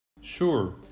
Sure